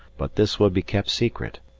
but this would be kept secret.